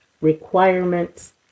requirements